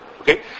Okay